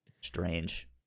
strange